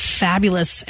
fabulous